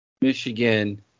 Michigan